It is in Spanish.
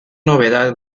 novedad